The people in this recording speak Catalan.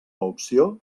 opció